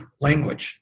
language